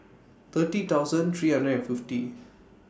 thirty thousand three hundred and fifty